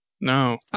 No